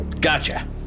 Gotcha